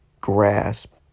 grasp